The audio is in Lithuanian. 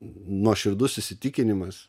nuoširdus įsitikinimas